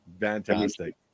Fantastic